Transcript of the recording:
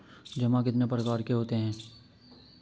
जमा कितने प्रकार के होते हैं?